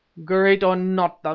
great or not,